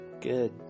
Good